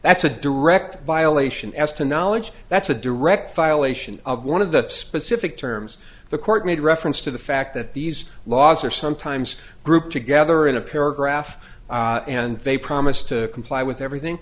that's a direct violation as to knowledge that's a direct violation of one of the specific terms the court made reference to the fact that these laws are sometimes grouped together in a paragraph and they promise to comply with everything